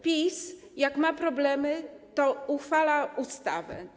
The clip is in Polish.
PiS jak ma problemy, to uchwala ustawę.